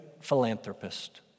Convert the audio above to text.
philanthropist